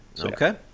Okay